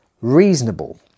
reasonable